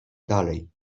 dalej